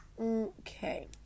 Okay